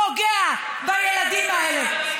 פוגע בילדים האלה,